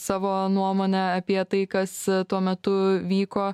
savo nuomonę apie tai kas tuo metu vyko